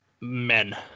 men